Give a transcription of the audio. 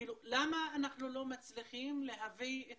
כאילו למה אנחנו לא מצליחים להביא את